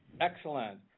Excellent